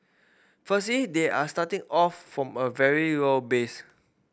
firstly they are starting off from a very low base